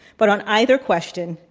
but on either question,